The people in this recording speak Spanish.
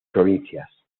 provincias